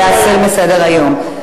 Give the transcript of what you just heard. להסיר מסדר-היום.